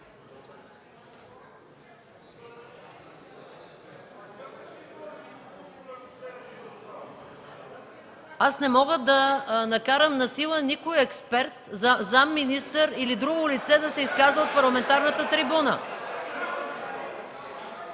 Аз не мога да накарам насила никой експерт – заместник-министър или друго лице, да се изказва от парламентарната трибуна.